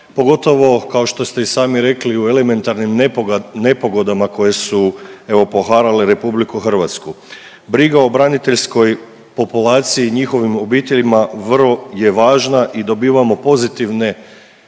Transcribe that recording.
pogotovo kao što ste i sami rekli u elementarnim nepogodama koje su evo poharale RH. Briga o braniteljskoj populaciji i njihovim obiteljima vrlo je važna i dobivamo pozitivne